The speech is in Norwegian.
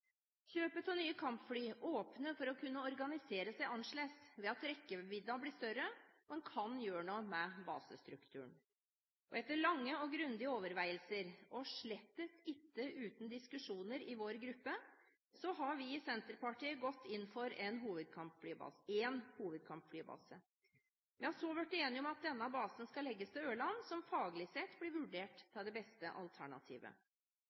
Kjøpet av nye kampfly åpner for å kunne organisere seg annerledes, ikke ved at rekkevidden blir større, men fordi en må gjøre noe med basestrukturen. Etter lange og grundige overveielser, og slett ikke uten diskusjoner i vår gruppe, har Senterpartiet gått inn for én hovedkampflybase. Vi har deretter blitt enige om at denne basen skal legges til Ørland, som faglig sett blir vurdert å være det beste alternativet.